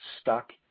stuck